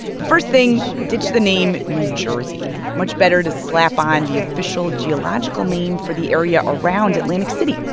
the first thing? ditch the name new jersey. much better to slap on the official geological name for the area around atlantic city,